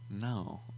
no